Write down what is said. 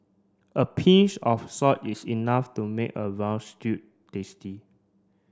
a pinch of salt is enough to make a stew tasty